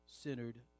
centered